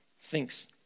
thinks